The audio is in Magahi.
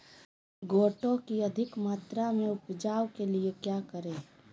गोटो की अधिक मात्रा में उपज के लिए क्या करें?